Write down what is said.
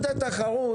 רשות התחרות,